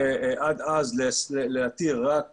ועד אז להתיר רק